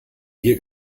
hier